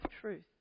truth